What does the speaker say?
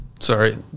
sorry